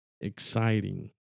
exciting